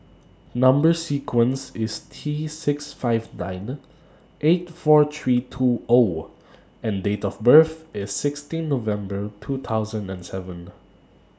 Number sequence IS T six five nine eight four three two O and Date of birth IS sixteen November two thousand and seven